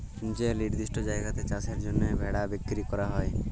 যে লিরদিষ্ট জায়গাতে চাষের জ্যনহে ভেড়া বিক্কিরি ক্যরা হ্যয়